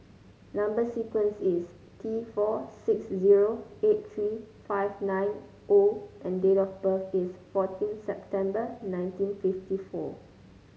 number sequence is T four six zero eight three five nine O and date of birth is fourteen September nineteen fifty four